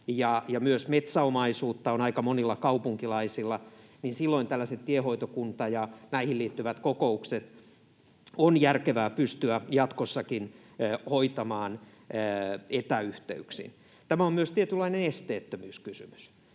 ja myös metsäomaisuutta on aika monilla kaupunkilaisilla. Silloin tiehoitokuntiin ja näihin liittyvät kokoukset on järkevää pystyä jatkossakin hoitamaan etäyhteyksin. Tämä on myös tietynlainen esteettömyyskysymys.